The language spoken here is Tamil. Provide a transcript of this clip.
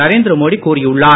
நரேந்திர மோடி கூறியுள்ளார்